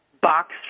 box